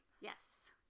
Yes